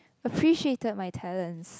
appreciated my talents